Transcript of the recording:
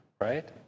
right